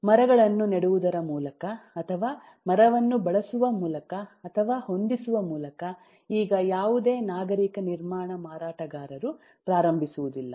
ಮರಗಳನ್ನು ನೆಡುವುದರ ಮೂಲಕ ಅಥವಾ ಮರವನ್ನು ಬಳಸುವ ಮೂಲಕ ಅಥವಾ ಹೊಂದಿಸುವ ಮೂಲಕ ಈಗ ಯಾವುದೇ ನಾಗರಿಕ ನಿರ್ಮಾಣ ಮಾರಾಟಗಾರರು ಪ್ರಾರಂಭಿಸುವುದಿಲ್ಲ